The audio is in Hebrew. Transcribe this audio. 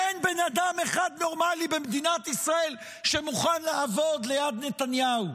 אין בן אדם אחד נורמלי במדינת ישראל שמוכן לעבוד ליד נתניהו.